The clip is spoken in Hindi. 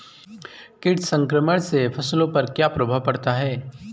कीट संक्रमण से फसलों पर क्या प्रभाव पड़ता है?